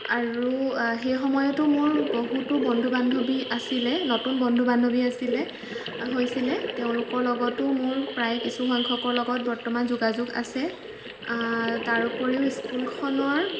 আৰু সেই সময়তো মোৰ বহুতো বন্ধু বান্ধৱী আছিলে নতুন বন্ধু বান্ধৱী আছিলে হৈছিলে তেওঁলোকৰ লগতো মোৰ প্ৰায় কিছু সংখ্যকৰ লগত বৰ্তমান যোগাযোগ আছে তাৰোপৰিও স্কুলখনৰ